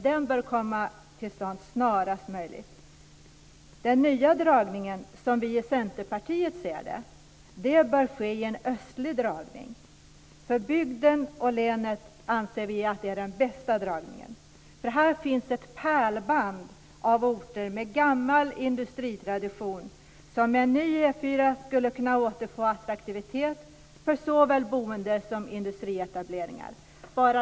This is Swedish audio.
Den bör komma till stånd snarast möjligt. Den nya dragningen bör, som vi i Centerpartiet ser det, ske i en östlig riktning. För bygden och länet anser vi att det är den bästa dragningen. Här finns ett pärlband av orter med gammal industritradition som med en ny E 4 skulle kunna återfå attraktivitet för såväl boende som industrietableringar.